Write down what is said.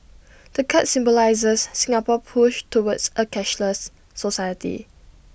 the card symbolises Singapore push towards A cashless society